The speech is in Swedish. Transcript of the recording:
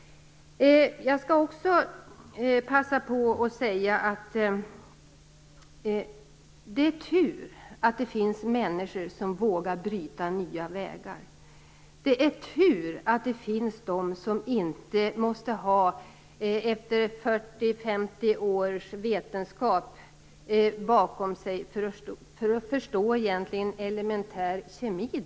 Jag skall också passa på att säga att det finns människor som vågar bryta nya vägar. Det är tur att det finns de som inte måste ha 40-50 års vetenskap bakom sig för att förstå vad som egentligen är elementär kemi.